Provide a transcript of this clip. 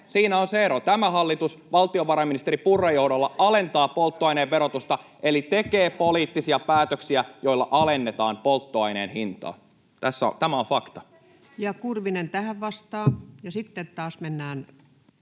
siinä on se ero: tämä hallitus valtiovarainministeri Purran johdolla alentaa polttoaineen verotusta eli tekee poliittisia päätöksiä, joilla alennetaan polttoaineen hintaa. Tämä on fakta. [Speech 306] Speaker: Ensimmäinen